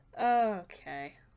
Okay